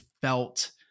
felt